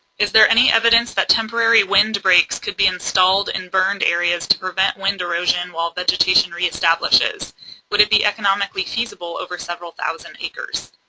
is there any evidence that temporary windbreaks could be installed in burned areas to prevent wind erosion while vegetation reestablishes would it be economically feasible over several thousand acres?